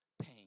pain